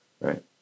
right